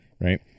right